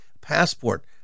passport